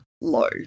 low